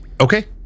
Okay